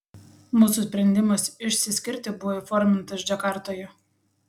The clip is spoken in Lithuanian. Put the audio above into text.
mūsų sprendimas išsiskirti buvo įformintas džakartoje